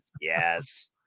yes